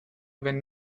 wenn